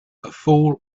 fool